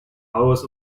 hours